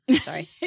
Sorry